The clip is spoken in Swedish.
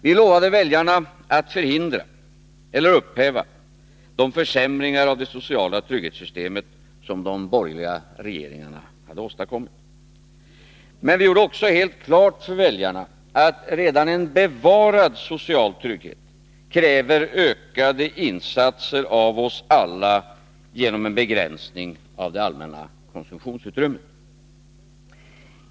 Vi lovade väljarna att förhindra eller upphäva de försämringar av det sociala trygghetssystemet som de borgerliga regeringarna hade åstadkommit. Men vi gjorde också helt klart för väljarna att redan en bevarad social trygghet kräver ökade insatser av oss alla genom en begränsning av det allmänna konsumtionsutrymmet.